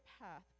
path